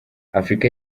afurika